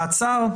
במעצר?